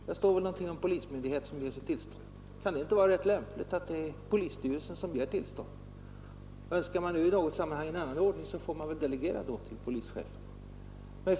Där står det någonting om att det är polismyndigheten som ger tillstånd, och då kan det tänkas vara mycket lämpligt att polisstyrelsen får meddela de tillstånden. Om man i något sammanhang önskar en annan ordning, så får man väl delegera ärendena till polischefen.